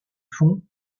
fond